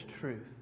truth